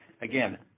again